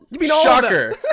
Shocker